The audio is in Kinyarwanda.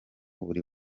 buri